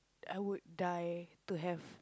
I would die to have